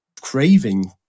craving